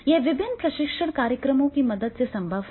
यह विभिन्न प्रशिक्षण कार्यक्रमों की मदद से संभव है